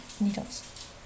needles